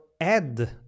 add